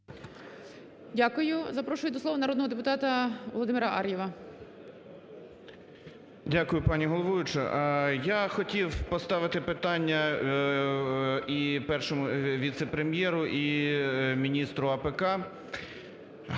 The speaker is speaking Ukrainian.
Дякую. Запрошую до слова народного депутата Володимира Ар'єва. 11:06:29 АР’ЄВ В.І. Дякую, пані головуюча. Я хотів поставити питання і Першому віце-прем'єру, і міністру АПК.